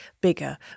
bigger